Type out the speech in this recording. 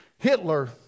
Hitler